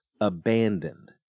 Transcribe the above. abandoned